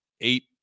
eight